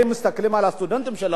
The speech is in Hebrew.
מסתכלים על הסטודנטים שלנו,